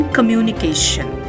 Communication